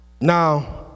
Now